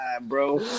bro